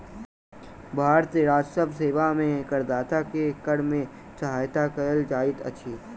भारतीय राजस्व सेवा में करदाता के कर में सहायता कयल जाइत अछि